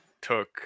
took